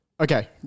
Okay